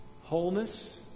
Wholeness